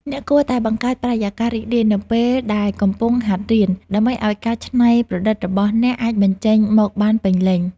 អ្នកគួរតែបង្កើតបរិយាកាសរីករាយនៅពេលដែលកំពុងហាត់រៀន ដើម្បីឱ្យការច្នៃប្រឌិតរបស់អ្នកអាចបញ្ចេញមកបានពេញលេញ។